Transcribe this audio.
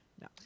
No